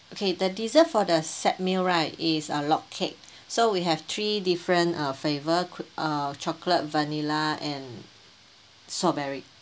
okay the dessert for the set meal right is a log cake so we have three different uh flavour could uh chocolate vanilla and strawberry